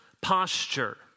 posture